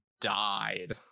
died